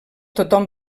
tothom